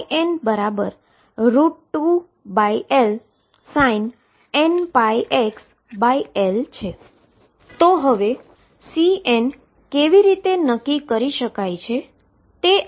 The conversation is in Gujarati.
તો હવે Cn કેવી રીતે નક્કી કરી શકીએ